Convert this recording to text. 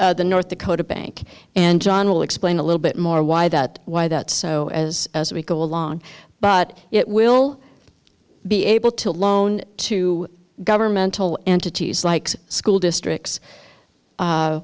than the north dakota bank and john will explain a little bit more why that why that so as we go along but it will be able to loan to governmental entities like school districts